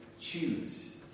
choose